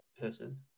person